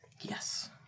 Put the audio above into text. Yes